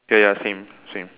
ya ya same same